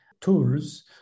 tools